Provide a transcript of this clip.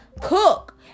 cook